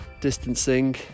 distancing